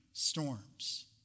storms